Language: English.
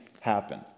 happen